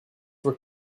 were